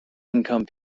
income